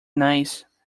nice